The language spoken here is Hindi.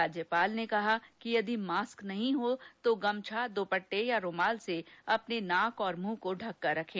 राज्यपाल ने कहा है कि यदि मास्क नहीं हो तो गमछा दुष्पटे या रूमाल से अपने नाक और मुँह को ढक कर रखें